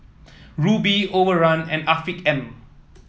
Rubi Overrun and Afiq M